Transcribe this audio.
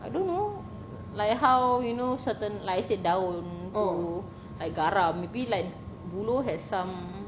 I don't know like how you know certain like I said daun or air garam maybe like buluh has some